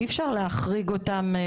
אי אפשר להחריג אותם.